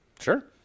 Sure